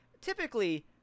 typically